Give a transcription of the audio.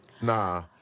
Nah